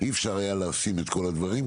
אי אפשר היה לשים את כל הדברים,